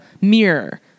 mirror